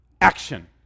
Action